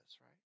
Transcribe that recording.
right